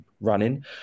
running